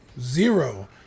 Zero